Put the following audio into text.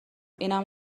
اینم